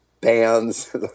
bands